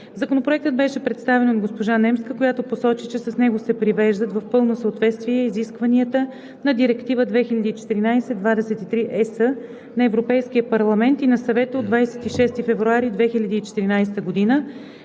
Законопроектът беше представен от госпожа Немска, която посочи, че с него се привеждат в пълно съответствие изискванията на Директива 2014/23/ЕС на Европейския парламент и на Съвета от 26 февруари 2014 г. за